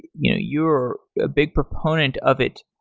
you're a big proponent of it.